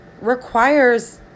requires